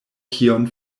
kion